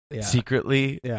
secretly